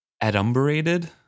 adumbrated